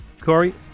Corey